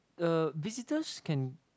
uh visitors can